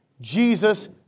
Jesus